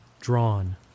drawn